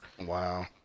Wow